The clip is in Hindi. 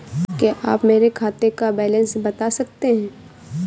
क्या आप मेरे खाते का बैलेंस बता सकते हैं?